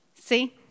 See